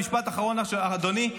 משפט אחרון, אדוני.